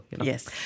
Yes